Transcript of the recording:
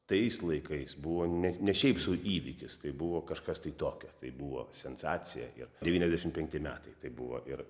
tais laikais buvo ne ne šiaip sau įvykis tai buvo kažkas tokio tai buvo sensacija ir devyniasdešim penkti metai tai buvo ir